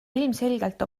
ilmselgelt